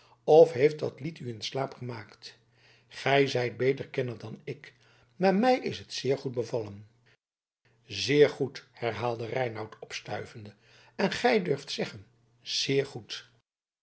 of heeft dat lied u in slaap gemaakt gij zijt beter kenner dan ik maar mij is het zeer goed bevallen zeer goed herhaalde reinout opstuivende en gij durft zeggen zeer goed